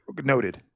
noted